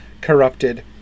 corrupted